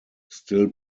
still